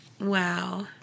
Wow